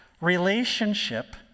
relationship